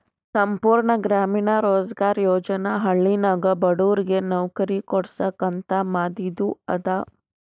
ಸಂಪೂರ್ಣ ಗ್ರಾಮೀಣ ರೋಜ್ಗಾರ್ ಯೋಜನಾ ಹಳ್ಳಿನಾಗ ಬಡುರಿಗ್ ನವ್ಕರಿ ಕೊಡ್ಸಾಕ್ ಅಂತ ಮಾದಿದು ಅದ